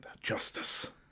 justice